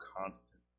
constant